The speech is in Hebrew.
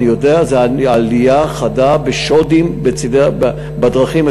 העלייה החדה בשודים בדרכים.